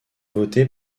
votée